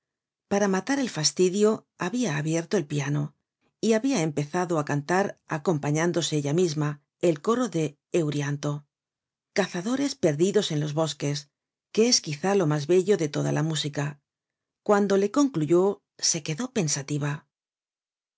para matar el fastidio habia abierto el piano y habia empezado á cantar acompañándose ella misma el coro de euryanto cazadores perdidos en los bosques que es quizá lo mas bello de toda la música cuando le concluyó se quedó pensativa de